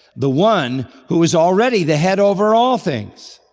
the one who is already the head over all things.